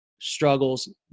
struggles